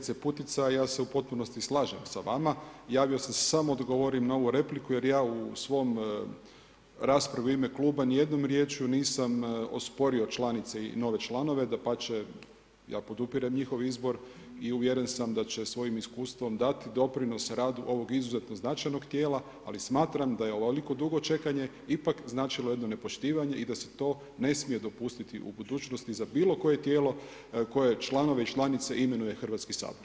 Kolegice Putica, ja se u potpunosti slažem sa vama, javio sam se samo da odgovorim na ovu repliku jer ja u svojoj raspravi u ime kluba nijednom riječju nisam osporio članice i nove članove, dapače, ja podupirem njihov izbor i uvjeren sam da će svojim iskustvom dati doprinos radu ovog izuzetno značajnog tijela ali smatram da je ovoliko dugo čekanje ipak značilo jedno nepoštivanje i da se to ne smije dopustiti u budućnosti za bilo koje tijelo koje članove i članice imenuje Hrvatski sabor.